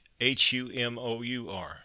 H-U-M-O-U-R